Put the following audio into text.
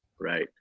Right